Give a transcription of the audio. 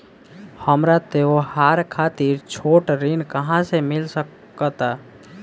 हमरा त्योहार खातिर छोट ऋण कहाँ से मिल सकता?